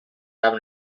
amb